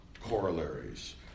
corollaries